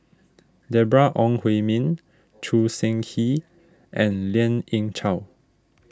Deborah Ong Hui Min Choo Seng Quee and Lien Ying Chow